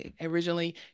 originally